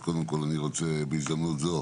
אז קודם כל אני רוצה בהזדמנות זו